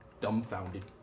dumbfounded